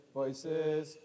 voices